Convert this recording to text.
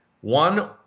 one